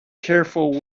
careful